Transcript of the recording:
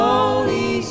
Holy